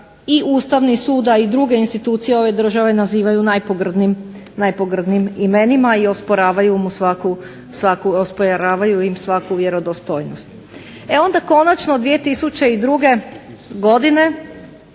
Ustavni sud, a i druge institucije ove države nazivaju najpogrdnijim imenima i osporavaju im svaku vjerodostojnost. E onda konačno 2002. godine